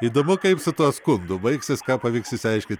įdomu kaip su tuo skundu baigsis ką pavyks išsiaiškyt